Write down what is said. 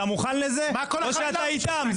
אתה מוכן לזה או שאתה איתם?